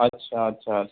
अछा अछा अछ